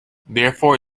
therefore